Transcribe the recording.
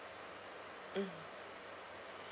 mm